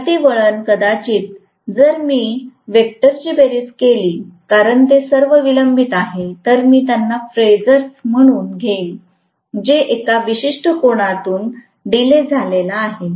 प्रति वळण कदाचित जर मी वेक्टरची बेरीज केली कारण ते सर्व विलंबित आहेत तर मी त्यांना फेजर्स म्हणून घेईन जे एका विशिष्ट कोनातून डीले झालेला आहे